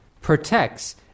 protects